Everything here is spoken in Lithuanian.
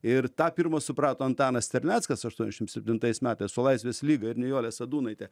ir tą pirmas suprato antanas terleckas aštuoniasdešim septintais metais su laisvės lyga ir nijolė sadūnaitė